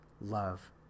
love